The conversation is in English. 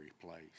place